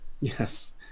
Yes